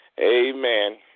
Amen